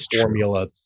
Formula